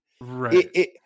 Right